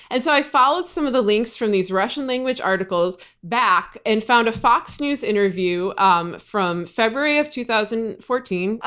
and so i followed some of the links from these russian language articles back, and found a fox news interview um from february of two thousand and fourteen,